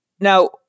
now